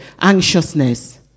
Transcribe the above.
anxiousness